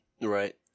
Right